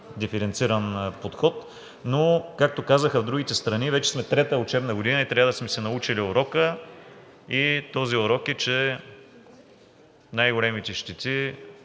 диференциран подход. Но както казаха в другите страни, вече сме трета учебна година и трябва да сме си научили урока, и този урок е, че най големите